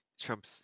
Trump